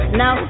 no